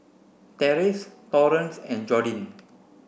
Terese Torrance and Jordin